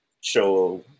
show